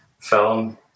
film